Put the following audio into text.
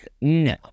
No